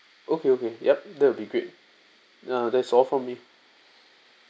okay okay yup that will be great uh that's all from me